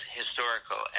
historical